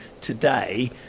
today